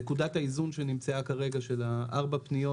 נקודת האיזון שנמצאה כרגע של ארבע הפניות,